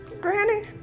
Granny